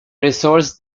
resource